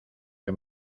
que